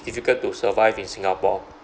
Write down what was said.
difficult to survive in singapore